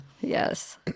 Yes